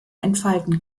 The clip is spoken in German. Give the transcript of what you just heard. entfalten